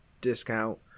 discount